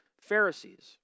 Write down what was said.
Pharisees